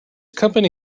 company